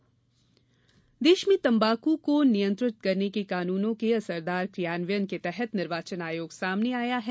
तंबाकू नियंत्रण देश में तम्बाक को नियंत्रित करने के कानुनों के असरदार क्रियान्वयन के तहत निर्वाचन आयोग सामने आया है